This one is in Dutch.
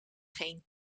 geen